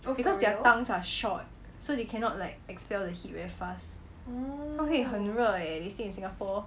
because their tongues are short so they cannot like expel the heat very fast 他会很热 eh they stay in singapore